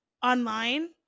online